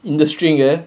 இந்த:intha string eh